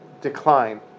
decline